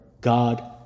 God